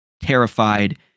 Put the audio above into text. terrified